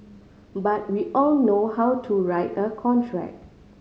but we all know how to write a contract